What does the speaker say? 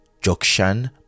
Jokshan